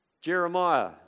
Jeremiah